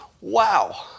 Wow